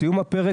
סיום הפרק,